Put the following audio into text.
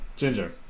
Ginger